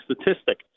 statistic